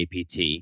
APT